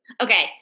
Okay